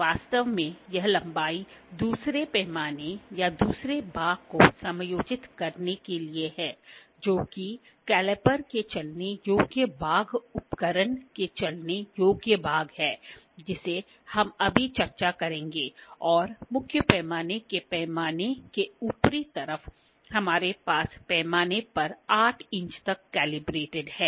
वास्तव में यह लंबाई दूसरे पैमाने या दूसरे भाग को समायोजित करने के लिए है जो कि कैलीपर के चलने योग्य भाग उपकरण के चलने योग्य भाग है जिसे हम अभी चर्चा करेंगे और मुख्य पैमाने के पैमाने के ऊपरी तरफ हमारे पास पैमाने पर 8 इंच तक कैलिब्रेटेड है